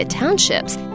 townships